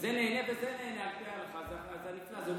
זה נהנה וזה נהנה, על פי ההלכה זה המצווה.